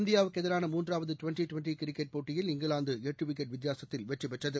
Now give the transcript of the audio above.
இந்தியாவுக்குஎதிரான மூன்றாவதுடிவெண்டிடுவெண்டிகிரிக்கெட் போட்டயில் இங்கிலாந்துளட்டுவிக்கெட் வித்தியாசத்தில் வெற்றிபெற்றது